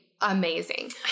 Amazing